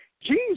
Jesus